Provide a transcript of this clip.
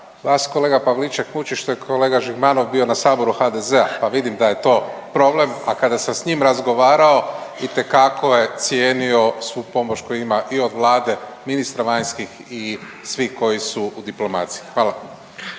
Vas, kolega Pavliček muči što je kolega Žigmanov bio na saboru HDZ-a pa vidim da je to problem, a kada sam s njim razgovarao itekako je cijenio svu pomoć koju ima i od Vlade, ministra vanjskih i svih koji su u diplomaciji. Hvala.